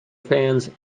fans